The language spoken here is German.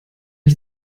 ich